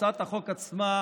הצעת החוק עצמה,